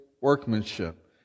workmanship